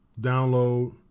download